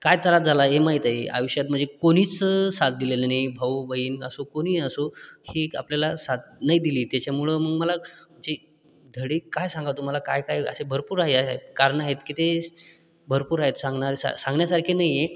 काय त्रास झाला हे माहीत आहे आयुष्यात म्हणजे कोणीच साथ दिलेलं नाही भाऊ बहीण असो कोणीही असो ही एक आपल्याला साथ नाही दिली त्याच्यामुळं म मला जे धडे काय सांगावं तुम्हाला काय काय असे भरपूर आहे कारणं आहेत की तेे भरपूर आहेत सांगणारसा सांगण्यासारखे नाही आहे